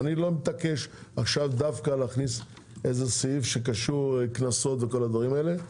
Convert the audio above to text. אני לא מתעקש להכניס דווקא עכשיו סעיף שקשור לקנסות וכל הדברים האלה,